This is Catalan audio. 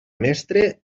mestre